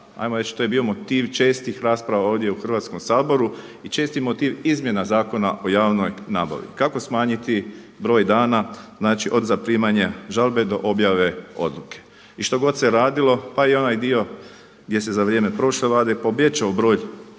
ajmo reći to je bio motiv čestih rasprava ovdje u Hrvatskom saboru i česti motiv izmjena Zakona o javnoj nabavi. Kako smanjiti broj dana od zaprimanja žalbe do objave odluke? I što god se radilo pa i onaj dio gdje se za vrijeme prošle Vlade povećao broj